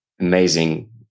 amazing